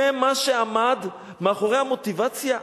זה מה שעמד מאחורי המוטיבציה.